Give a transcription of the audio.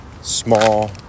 small